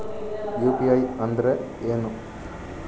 UPI ಅಂದ್ರೆ ಏನು?